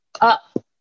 up